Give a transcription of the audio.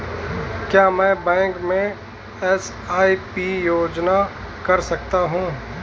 क्या मैं बैंक में एस.आई.पी योजना कर सकता हूँ?